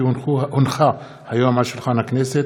כי הונחה היום על שולחן הכנסת,